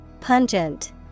Pungent